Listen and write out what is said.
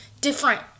different